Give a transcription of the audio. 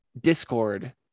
discord